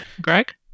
Greg